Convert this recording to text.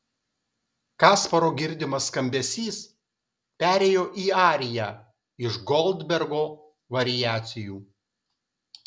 kasparo girdimas skambesys perėjo į ariją iš goldbergo variacijų